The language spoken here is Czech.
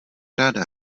ráda